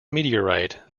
meteorite